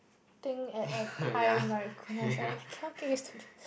think at a time right goodness I really cannot get used to this